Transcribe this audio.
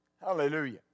Hallelujah